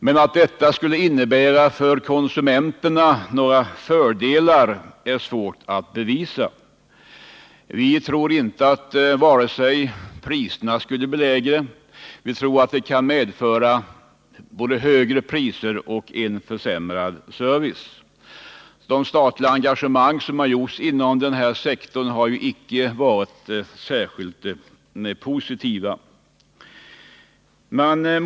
Men att detta skulle innebära några fördelar för konsumenterna är svårt att bevisa. Vi tror inte att priserna skulle bli lägre. Vi tror tvärtom att det kan medföra både högre priser och försämrad service. De statliga engagemang som gjorts inom denna sektor har inte varit särskilt positiva.